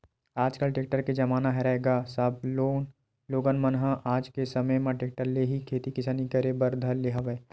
आजकल टेक्टर के जमाना हरय गा सब लोगन मन ह आज के समे म टेक्टर ले ही खेती किसानी करे बर धर ले हवय